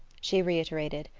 she reiterated,